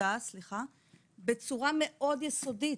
העבודה בצורה מאוד יסודית,